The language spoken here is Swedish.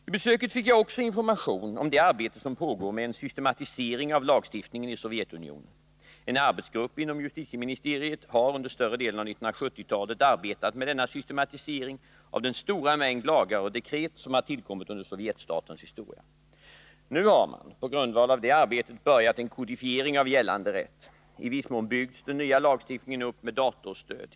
Vid besöket fick jag också information om det arbete som pågår med en systematisering av lagstiftningen i Sovjetunionen. En arbetsgrupp inom justitieministeriet har under större delen av 1970-talet arbetat med denna systemätisering av den stora mängd lagar och dekret som har tillkommit under sovjetstatens historia. Nu har man på grundval av det arbetet påbörjat en kodifiering av gällande rätt. I viss mån byggs den nya lagstiftningen upp med datorstöd.